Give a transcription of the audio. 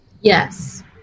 Yes